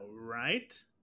right